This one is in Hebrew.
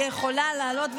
היא יכולה לעלות ולדבר,